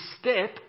step